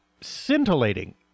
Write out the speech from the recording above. scintillating